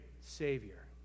Savior